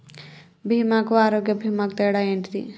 బీమా కు ఆరోగ్య బీమా కు తేడా ఏంటిది?